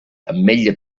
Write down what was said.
ametlla